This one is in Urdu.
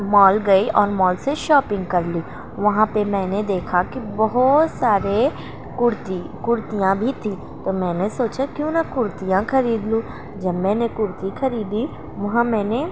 مال گئی اور مال سے شاپنگ کر لی وہاں پہ میں نے دیکھا کہ بہت سارے کرتی کرتیاں بھی تھیں تو میں نے سوچا کیوں نہ کرتیاں خرید لوں جب میں نے کرتی خریدی وہاں میں نے